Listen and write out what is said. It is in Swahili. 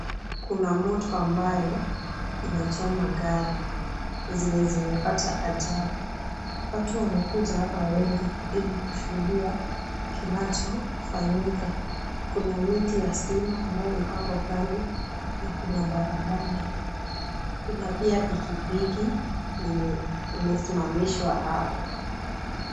Kuna moto ambayo inachoma gari zenye zimepata ajali. Watu wamekuja hapa wengi ili kushuhudia kinachofanyika. Kuna miti ya stima ambayo iko hapo kando na kuna barabara. Kuna pia pikipiki yenye imesimamishwa hapo.